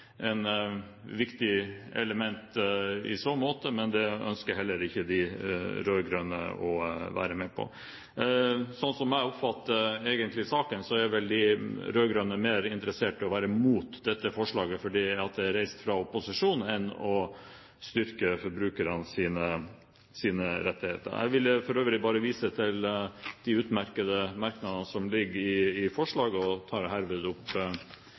en mye større investering, og kjøper man brukt bolig, kan det være flere eiere, og det kan også være eiere som det av forskjellige årsaker er umulig å få kontakt med for å få historikken. Dette er også et viktig element, men det ønsker heller ikke de rød-grønne å være med på. Sånn som jeg oppfatter saken, er vel de rød-grønne mer interessert i å være mot dette forslaget fordi det er reist fra opposisjonen, enn å styrke forbrukernes rettigheter.